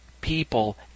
people